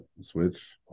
Switch